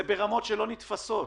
זה ברמות שלא נתפסות.